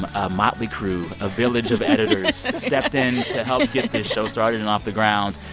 and a motley crew, a village of editors. stepped in to help get this show started and off the ground.